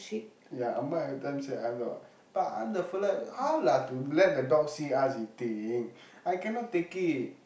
ya amma every time say but I'm the fella how lah to let the dog see us eating I cannot take it